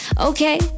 Okay